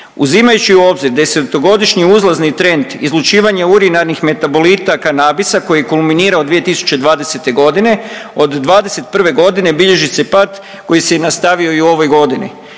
Uzimajući u obzir desetogodišnji uzlazni trend izlučivanja urinarnih metabolita kanabisa koji je kulminirao 2020. godine. Od 2021. godine bilježi se pad koji se nastavio i u ovoj godini.